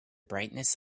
brightness